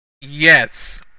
Yes